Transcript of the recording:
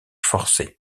forcés